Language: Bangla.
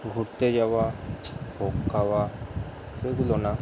ঘুরতে যাওয়া ভোগ খাওয়া এগুলো না